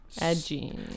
edgy